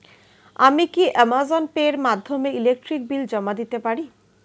আমি কি Amazon Pay এর মাধ্যমে ইলেকট্রিক বিল জমা দিতে পারি?